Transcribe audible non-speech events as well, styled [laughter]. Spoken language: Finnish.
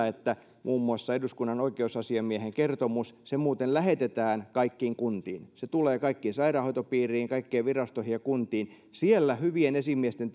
[unintelligible] että eduskunnan oikeusasiamiehen kertomus muuten lähetetään kaikkiin kuntiin se tulee kaikkiin sairaanhoitopiireihin kaikkiin virastoihin ja kuntiin ja siellä hyvien esimiesten [unintelligible]